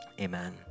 Amen